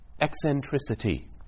eccentricity